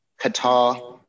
Qatar